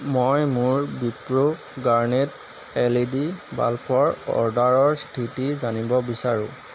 মই মোৰ Wipro Garnet L E D বাল্বৰ অৰ্ডাৰৰ স্থিতি জানিব বিচাৰোঁ